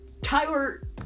Tyler